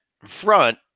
front